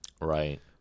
right